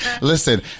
Listen